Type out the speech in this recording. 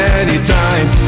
anytime